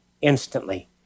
instantly